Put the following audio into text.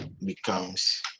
becomes